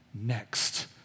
next